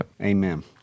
Amen